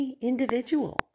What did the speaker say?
individual